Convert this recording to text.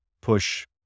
push